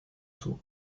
tour